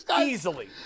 Easily